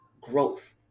growth